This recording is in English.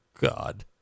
God